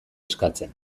eskatzen